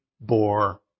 bore